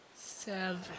seven